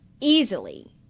easily